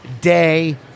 day